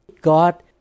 God